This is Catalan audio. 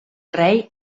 rei